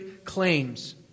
claims